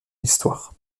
histoire